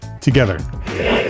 together